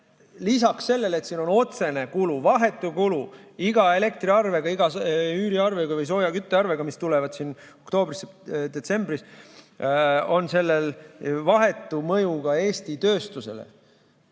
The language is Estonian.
Lisaks sellele, et siin on otsene kulu, vahetu kulu iga elektriarvega, iga üüriarvega või küttearvega, mis tulevad oktoobris-detsembris, on sellel vahetu mõju ka Eesti tööstusele,